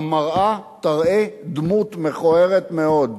המראה תראה דמות מכוערת מאוד.